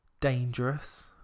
dangerous